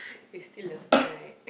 you still love me right